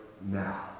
now